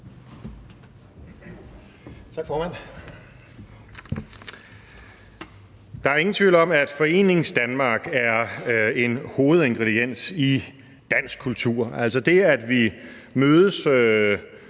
Der er ingen tvivl om, at Foreningsdanmark er en hovedingrediens i dansk kultur. Det, at vi mødes